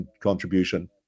contribution